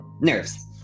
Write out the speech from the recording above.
nerves